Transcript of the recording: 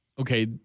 okay